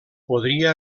podria